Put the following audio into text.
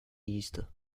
easter